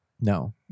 No